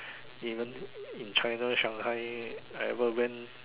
even in China Shanghai I ever went